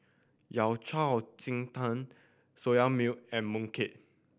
Yao Cai ji tang Soya Milk and mooncake